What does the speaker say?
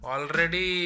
Already